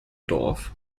dorf